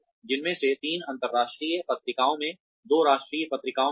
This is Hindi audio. जिनमें से तीन अंतरराष्ट्रीय पत्रिकाओं में दो राष्ट्रीय पत्रिकाओं में थे